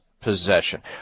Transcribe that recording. possession